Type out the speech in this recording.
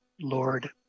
Lord